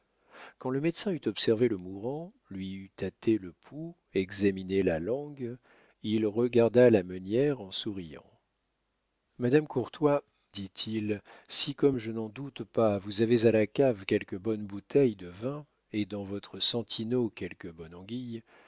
quand le médecin eut observé le mourant lui eut tâté le pouls examiné la langue il regarda la meunière en souriant madame courtois dit-il si comme je n'en doute pas vous avez à la cave quelque bonne bouteille de vin et dans votre sentineau quelque bonne